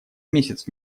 месяц